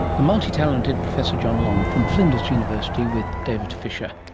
the multitalented professor john long from flinders university, with david fisher.